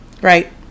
right